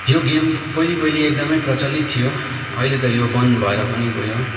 यो गेम पहिला पहिला एकदमै प्रचलित थियो अहिले त यो बन्द भएर पनि गयो